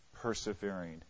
persevering